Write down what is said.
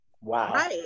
Wow